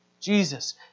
Jesus